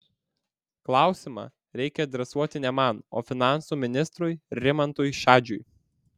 klausimą reikia adresuoti ne man o finansų ministrui rimantui šadžiui